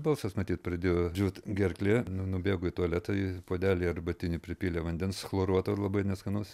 balsas matyt pradėjo džiūt gerklė nu nubėgo į tualetą į puodelį arbatinį pripylė vandens chloruoto ir labai neskanus